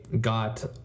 got